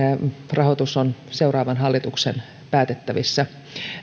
rahoitus on seuraavan hallituksen päätettävissä